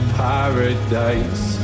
paradise